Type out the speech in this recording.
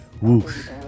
whoosh